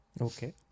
Okay